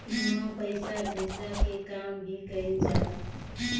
इहवा पईसा भेजला के काम भी कइल जाला